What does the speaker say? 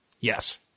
Yes